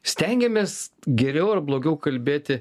stengiamės geriau ar blogiau kalbėti